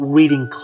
Reading